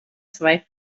zwei